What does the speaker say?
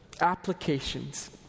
applications